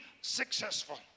successful